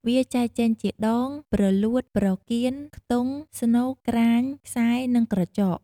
វាចែកចេញជា ដង ព្រលួត ប្រកៀន ខ្ទង់ ស្នូក ក្រាញ ខ្សែ និងក្រចក។